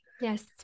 Yes